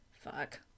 Fuck